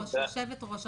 יושבת-ראש.